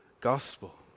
gospel